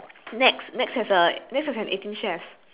nex nex has a nex has an eighteen chefs